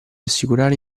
assicurare